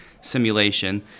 simulation